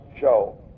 show